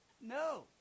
No